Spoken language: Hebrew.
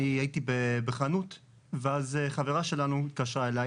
הייתי בחנות ואז חברה שלנו התקשרה אליי